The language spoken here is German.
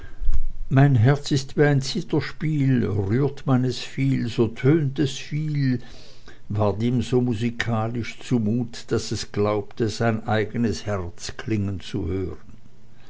mein herz ist wie ein zitherspiel rührt man es viel so tönt es viel ward ihm so musikalisch zu mut daß es glaubte sein eigenes herz klingen zu hören